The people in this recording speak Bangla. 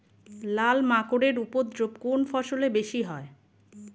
লাল মাকড় এর উপদ্রব কোন ফসলে বেশি হয়?